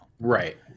right